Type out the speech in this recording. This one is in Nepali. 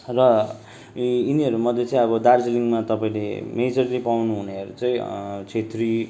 र यी यिनीहरू मध्ये चाहिँ अब दार्जिलिङमा तपाईँले मेजोरली पाउनु हुनेहरू चाहिँ छेत्री